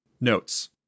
Notes